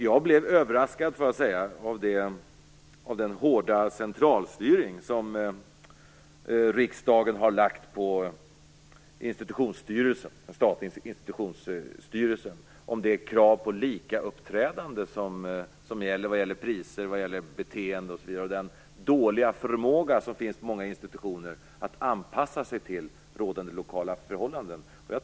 Jag blev överraskad av den hårda centralstyrning som riksdagen har lagt på den statliga institutionsstyrelsen. Jag avser då det krav på likauppträdande som gäller priser, beteenden osv. Många institutioner har dålig förmåga att anpassa sig till rådande lokala förhållanden.